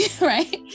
right